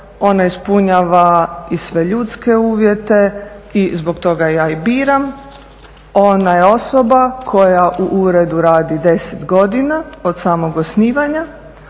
ona ispunjava i sve ljudske uvjete i zbog toga je ja i biram. Ona je osoba koja u uredu radi 10 godina, od samog osnivanja,